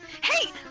Hey